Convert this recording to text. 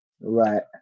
Right